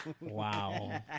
Wow